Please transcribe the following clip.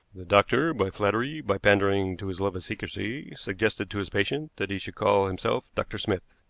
the doctor, by flattery, by pandering to his love of secrecy, suggested to his patient that he should call himself dr. smith.